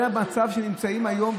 זה המצב שנמצאים בו היום,